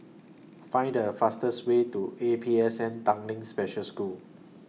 Find The fastest Way to A P S N Tanglin Special School